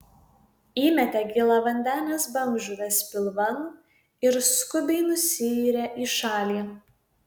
įmetė giliavandenės bangžuvės pilvan ir skubiai nusiyrė į šalį